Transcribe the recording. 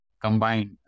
combined